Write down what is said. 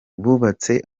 bubatse